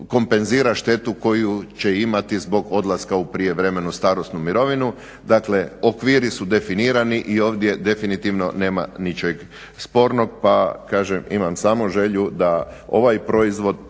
kompenzira štetu koju će imati zbog odlaska u prijevremenu starosnu mirovinu. Dakle, okviri su definirani i ovdje definitivno nema ničeg spornog, pa kažem imam samo želju da ovaj proizvod,